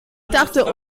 dachte